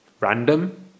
Random